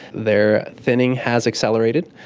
their thinning has accelerated.